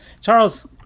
Charles